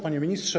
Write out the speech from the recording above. Panie Ministrze!